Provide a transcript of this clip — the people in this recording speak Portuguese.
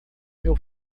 meu